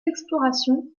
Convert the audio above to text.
explorations